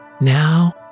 now